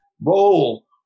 roll